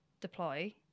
deploy